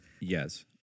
yes